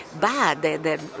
bad